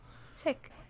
Sick